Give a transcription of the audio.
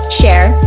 share